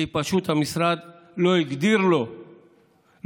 כי פשוט המשרד לא הגדיר בתקנות